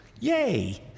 Yay